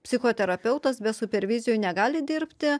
psichoterapeutas be supervizijų negali dirbti